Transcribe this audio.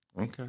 Okay